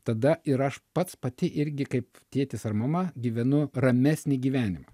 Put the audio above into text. tada ir aš pats pati irgi kaip tėtis ar mama gyvenu ramesnį gyvenimą